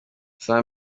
saa